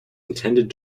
intended